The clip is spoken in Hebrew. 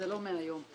לא מהיום.